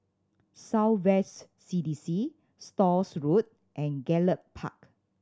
South West C D C Stores Road and Gallop Park